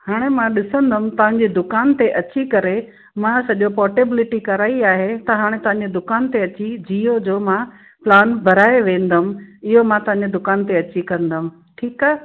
हाणे मां ॾिसंदमि तव्हां जे दुकान ते अची करे मां सॼो पोर्टेबिलिटी कराई आहे त हाणे तव्हां जे दुकान ते अची जियो जो मां प्लान भराए वेंदमि इहो मां तव्हांजे दुकान ते अची कंदमि ठीकु आहे